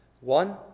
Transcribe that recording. One